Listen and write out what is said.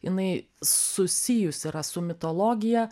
jinai susijus yra su mitologija